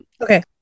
Okay